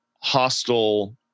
hostile